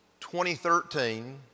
2013